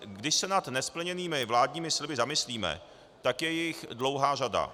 Když se nad nesplněnými vládními sliby zamyslíme, tak je jich dlouhá řada.